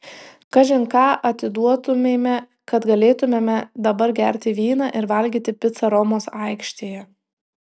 kažin ką atiduotumėme kad galėtumėme dabar gerti vyną ir valgyti picą romos aikštėje